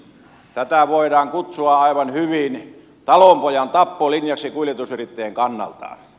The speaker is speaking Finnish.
tätä voidaan kutsua aivan hyvin talonpojan tappolinjaksi kuljetusyrittäjien kannalta